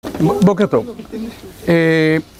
בוקר טוב.